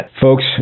Folks